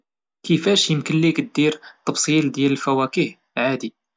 كيفاش يمكن ليك دير طبسيل ديال الفواكه عادي؟